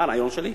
מה הרעיון שלי?